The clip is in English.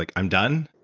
like i'm done.